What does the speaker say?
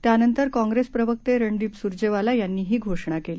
त्यानंतर काँग्रेस प्रवक्ते रणदीप सुरजेवाला यांनी ही घोषणा केली